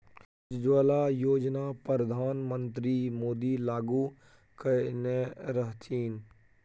उज्जवला योजना परधान मन्त्री मोदी लागू कएने रहथिन